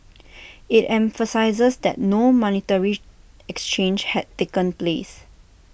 IT emphasised that no monetary exchange had taken place